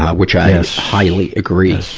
which i highly agree.